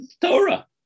Torah